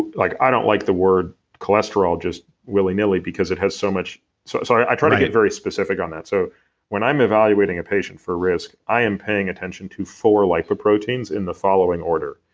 like i don't like the word cholesterol just willy nilly because it has so much so right so i try to get very specific on that. so when i'm evaluating a patient for risk, i am paying attention to four lipoproteins in the following order.